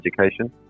education